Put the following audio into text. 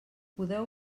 podeu